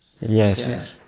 Yes